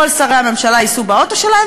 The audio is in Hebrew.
כל שרי הממשלה ייסעו באוטו שלהם,